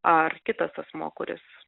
ar kitas asmuo kuris